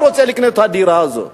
הוא רוצה לקנות את הדירה הזאת.